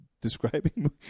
describing